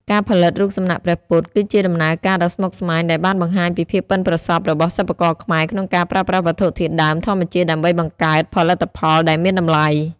ការផលិតរូបសំណាកព្រះពុទ្ធ គឺជាដំណើរការដ៏ស្មុគស្មាញដែលបានបង្ហាញពីភាពប៉ិនប្រសប់របស់សិប្បករខ្មែរក្នុងការប្រើប្រាស់វត្ថុធាតុដើមធម្មជាតិដើម្បីបង្កើតផលិតផលដែលមានតម្លៃ។